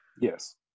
Yes